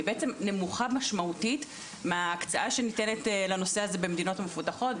היא בעצם נמוכה משמעותית מההקצאה שניתנת לנושא הזה במדינות מפותחות,